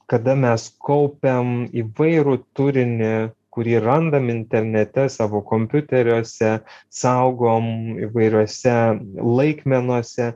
kada mes kaupiam įvairų turinį kurį randam internete savo kompiuteriuose saugom įvairiuose laikmenose